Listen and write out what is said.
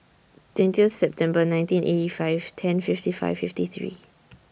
twenty Year September nineteen eighty five ten fifty five fifty three